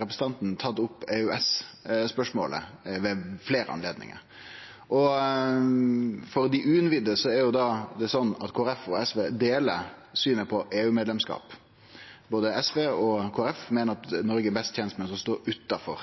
representanten tatt opp EØS-spørsmålet ved fleire anledningar. For dei uinnvigde: Det er sånn at Kristeleg Folkeparti og SV deler synet på EU-medlemskap. Både SV og Kristeleg Folkeparti meiner at Noreg er best tent med å stå utanfor